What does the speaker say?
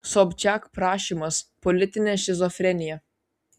sobčiak prašymas politinė šizofrenija